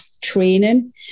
training